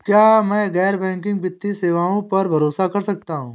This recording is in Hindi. क्या मैं गैर बैंकिंग वित्तीय सेवाओं पर भरोसा कर सकता हूं?